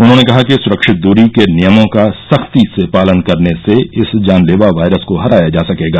उन्होंने कहा कि सुरक्षित दृरी के नियमों का सख्ती से पालन करने से इस जानलेवा वायरस को हराया जा सकेगा